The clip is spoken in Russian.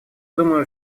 думаю